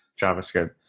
JavaScript